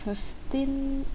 fifteen